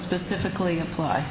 specifically apply